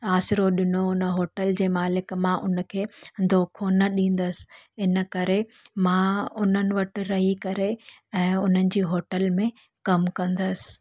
आसरो ॾिनो उन होटल जे मालिक मां उनखे दोखो न ॾींदसि इन करे मां उन्हनि वटि रही करे ऐं उन्हनि जी होटल में कमु कंदसि